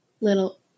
little